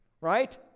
right